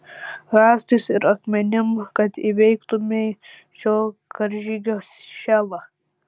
rąstais ir akmenim kad įveiktumei šio karžygio šėlą